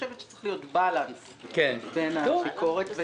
חושבת שצריך להיות בלנס בין הביקורת,